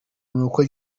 nuko